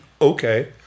okay